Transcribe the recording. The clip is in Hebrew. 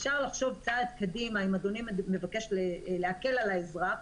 אפשר לחשוב צעד קדימה אם אדוני מבקש להקל על האזרח.